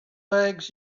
legs